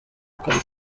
kabiri